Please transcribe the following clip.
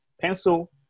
Pencil